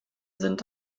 sind